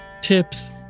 tips